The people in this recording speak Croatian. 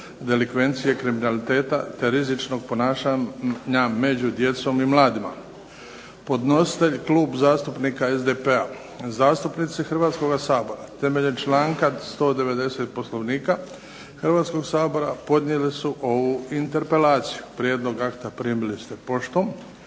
delikvencije, kriminaliteta, te rizičnog ponašanja među djecom i mladima. Podnositelj je Klub zastupnika SDP-a. Zastupnici Hrvatskoga sabora temeljem članka 190. Poslovnika Hrvatskog sabora podnijeli su ovu interpelaciju. Prijedlog akta primili ste poštom.